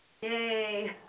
Yay